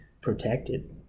protected